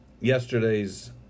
yesterday's